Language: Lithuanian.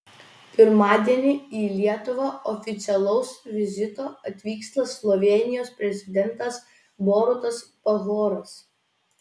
pirmadienį į lietuvą oficialaus vizito atvyksta slovėnijos prezidentas borutas pahoras